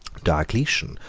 diocletian,